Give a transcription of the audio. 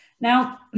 Now